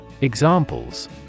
Examples